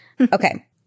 Okay